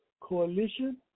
Coalition